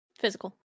Physical